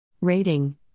Rating